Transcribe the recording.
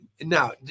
Now